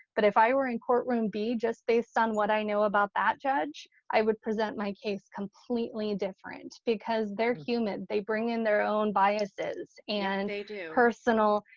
but if i were in courtroom b, just based on what i know about that judge, i would present my case completely different because they're human. they bring in their own biases and personal.